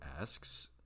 asks